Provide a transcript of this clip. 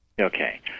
Okay